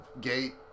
gate